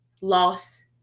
loss